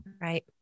Right